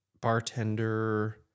bartender